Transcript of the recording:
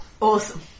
Awesome